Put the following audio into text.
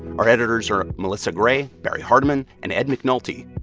our editors are melissa gray, barrie hardymon and ed mcnulty.